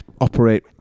operate